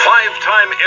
Five-time